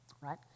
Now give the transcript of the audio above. right